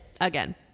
again